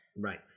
Right